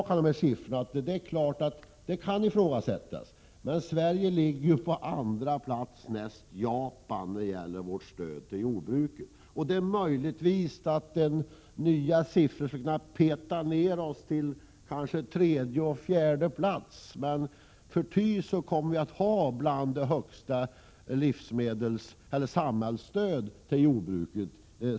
Siffrorna kan i och för sig ifrågasättas, men Sverige ligger på andra plats näst efter Japan när det gäller stöd till jordbruket. Det är möjligt att nya siffror petar ner oss till tredje eller fjärde plats, men icke förty kommer Sverige att ha ett av de högsta samhällsstöden i världen till jordbruket.